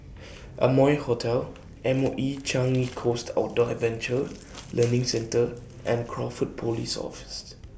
Amoy Hotel M O E Changi Coast Outdoor Adventure Learning Centre and Crawford Police Office